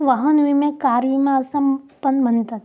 वाहन विम्याक कार विमा असा पण म्हणतत